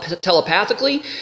telepathically